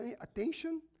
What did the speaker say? attention